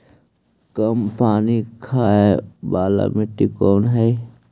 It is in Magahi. कम पानी खाय वाला मिट्टी कौन हइ?